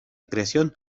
creación